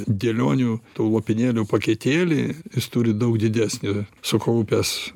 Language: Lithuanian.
dėlionių tų lopinėlių paketėlį jis turi daug didesnį sukaupęs